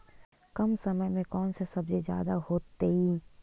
कम समय में कौन से सब्जी ज्यादा होतेई?